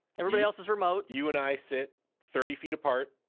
everybody else is remote. you and i sit thirty feet apart.